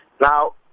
Now